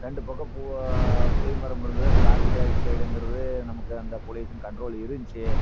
ரெண்டு பக்கம் பூ புளியமரம் இருந்தது அந்த கார்பன் டைஆக்சைடுங்கிறது நமக்கு அந்த பொல்யூசன் கன்ட்ரோல் இருந்துச்சு